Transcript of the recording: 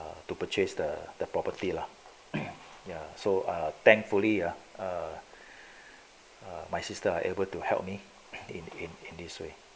to purchase the the property lah ya so thankfully ah my sister are able to help me in in in this way